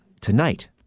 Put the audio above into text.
tonight